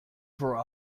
for